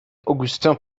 augustin